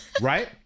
Right